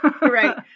Right